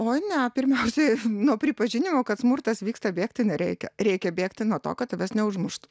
oi ne pirmiausiai nuo pripažinimo kad smurtas vyksta bėgti nereikia reikia bėgti nuo to kad tavęs neužmuštų